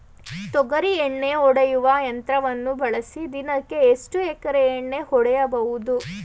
ತೊಗರಿ ಎಣ್ಣೆ ಹೊಡೆಯುವ ಯಂತ್ರವನ್ನು ಬಳಸಿ ದಿನಕ್ಕೆ ಎಷ್ಟು ಎಕರೆ ಎಣ್ಣೆ ಹೊಡೆಯಬಹುದು?